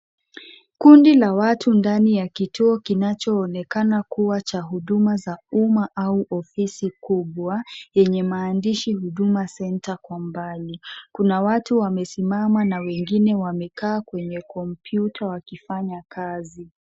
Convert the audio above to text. Kundi la watu ndani ya kituo kinachoonekana kuwa cha huduma ya uma au ofisi kubwa, yenye maandishi Huduma Centre kwa umbali. Kuna watu wamesimama na wengine wakikama kwa kompyuta wakifanya kazi.